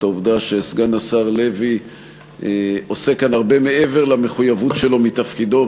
את העובדה שסגן השר לוי עושה כאן הרבה מעבר למחויבות שלו מתפקידו,